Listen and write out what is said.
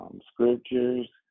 Scriptures